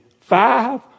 five